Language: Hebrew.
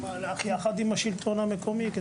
זה יחד עם השלטון המקומי.